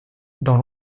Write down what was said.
dans